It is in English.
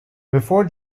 before